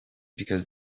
because